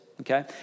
okay